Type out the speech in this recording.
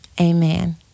amen